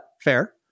fair